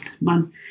man